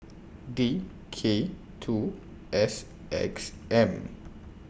D K two S X M